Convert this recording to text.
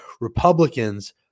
Republicans